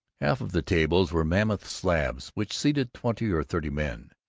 half of the tables were mammoth slabs which seated twenty or thirty men.